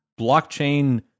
blockchain